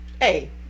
Hey